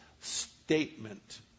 statement